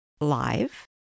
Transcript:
live